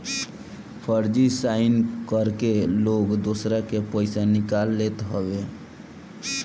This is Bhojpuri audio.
फर्जी साइन करके लोग दूसरा के पईसा निकाल लेत हवे